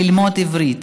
ללמוד עברית,